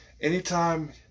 anytime